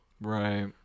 Right